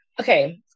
Okay